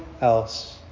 else